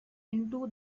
into